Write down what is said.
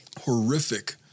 horrific